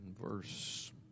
verse